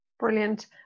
Brilliant